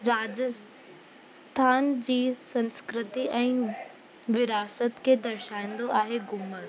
राजस्थान जी संस्कृति ऐं विरासत खे दर्शाईंदो आहे घूमर